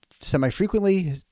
semi-frequently